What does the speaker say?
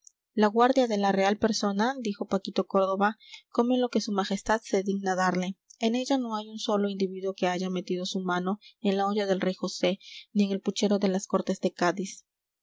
la guardia de la real persona dijo paquito córdoba come lo que su majestad se digna darle en ella no hay un solo individuo que haya metido su mano en la olla del rey josé ni en el puchero de las cortes de cádiz